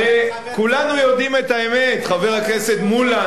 הרי כולנו יודעים את האמת, חבר הכנסת מולה.